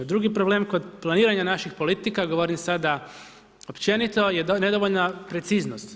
Drugi problem kod planiranja naših politika, govorim sada općenito je nedovoljan preciznost.